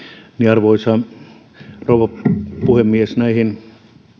arvoisa rouva puhemies näihin